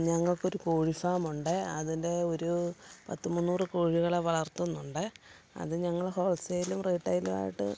ഞങ്ങള്ക്കൊരു കോഴി ഫാമുണ്ട് അതില് ഒരു പത്ത് മുന്നൂറ് കോഴികളെ വളർത്തുന്നുണ്ട് അത് ഞങ്ങള് ഹോൾസെയിലും റീറ്റെയ്ലുമായ്ട്ട്